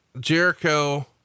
Jericho